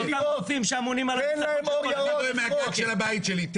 אני רואה מהגג של הבית שלי.